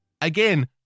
again